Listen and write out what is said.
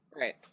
Right